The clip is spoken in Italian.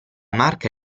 marca